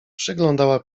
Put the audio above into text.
przyglądała